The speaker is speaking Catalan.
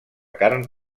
carn